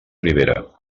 ribera